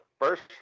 First